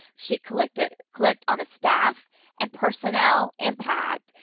she clicked ah clicked on a staff and personnel impact,